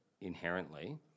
inherently